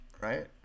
right